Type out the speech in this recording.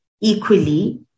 equally